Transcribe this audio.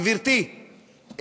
גברתי,